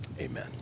Amen